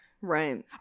Right